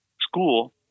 school